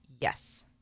yes